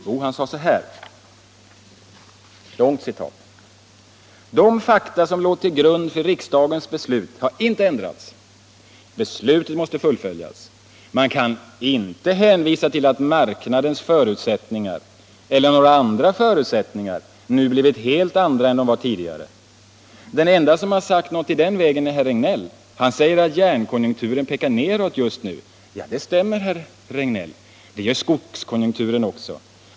Jo, han svarade: ”De fakta som låg till grund för riksdagens beslut har inte ändrats. Beslutet måste fullföljas. Man kan inte hänvisa till att marknadens förutsättningar eller några andra förutsättningar nu blivit helt andra än de var tidigare. Den ende som sagt något i den vägen är herr Regnéll. Han säger att järnkonjunkturen pekar nedåt just nu. Det stämmer, herr Regnéll. Det gör skogskonjunkturen också.